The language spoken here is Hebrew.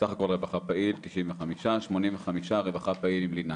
סך הכול רווחה פעיל 95, 85 רווחה פעיל עם לינה.